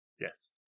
Yes